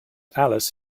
alice